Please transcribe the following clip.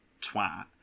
twat